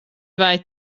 vai